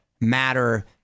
matter